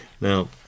Now